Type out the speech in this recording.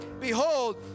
behold